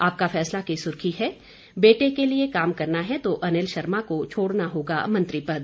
आपका फैसला की सुर्खी है बेटे के लिये काम करना है तो अनिल शर्मा को छोड़ना होगा मंत्रीपद